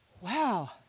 wow